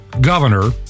governor